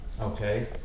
Okay